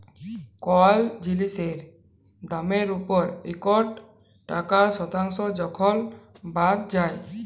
call জিলিসের দামের উপর ইকট টাকা শতাংস যখল বাদ যায়